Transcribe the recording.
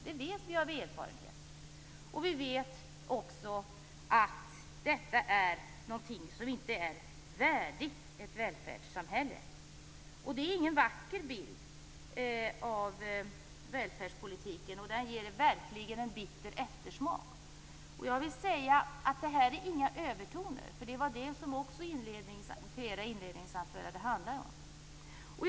Det vet vi av erfarenhet. Vi vet också att det inte är värdigt ett välfärdssamhälle. Det är inte någon vacker bild av välfärdspolitiken och den ger verkligen en bitter eftersmak. Jag vill säga att det här inte är några övertoner. Det var ju det som flera inledningsanföranden handlade om.